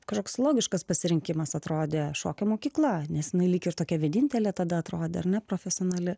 kažkoks logiškas pasirinkimas atrodė šokio mokykla nes jinai lyg ir tokia vienintelė tada atrodė neprofesionali